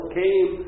came